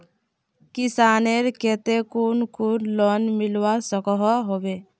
किसानेर केते कुन कुन लोन मिलवा सकोहो होबे?